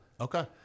Okay